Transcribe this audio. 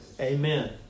Amen